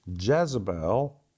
Jezebel